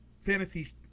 fantasy